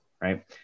right